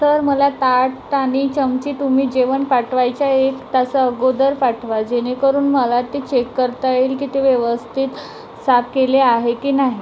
sir मला ताट आणि चमचे तुम्ही जेवण पाठवायच्या एक तास अगोदर पाठवा जेणेकरून मला ते चेक करता येईल की ते व्यवस्थित साफ केले आहे की नाही